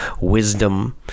wisdom